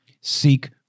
Seek